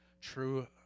true